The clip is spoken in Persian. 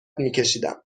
میکشیدم